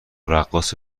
رقاص